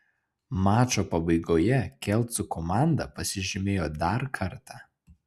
mačo pabaigoje kelcų komanda pasižymėjo dar kartą